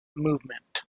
movement